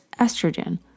estrogen